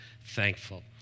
thankful